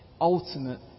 ultimate